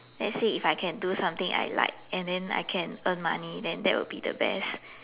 let's say if I can do something I like and then I can earn money then that would be the best